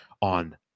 on